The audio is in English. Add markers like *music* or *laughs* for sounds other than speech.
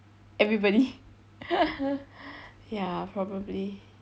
everybody *laughs* ya probably